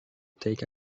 take